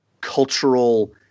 cultural